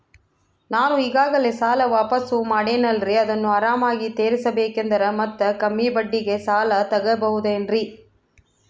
ನಾನು ಈಗಾಗಲೇ ಸಾಲ ವಾಪಾಸ್ಸು ಮಾಡಿನಲ್ರಿ ಅದನ್ನು ಆರಾಮಾಗಿ ತೇರಿಸಬೇಕಂದರೆ ಮತ್ತ ಕಮ್ಮಿ ಬಡ್ಡಿಗೆ ಸಾಲ ತಗೋಬಹುದೇನ್ರಿ?